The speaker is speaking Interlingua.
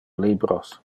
libros